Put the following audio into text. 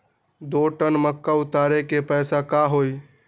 दो टन मक्का उतारे के पैसा का होई?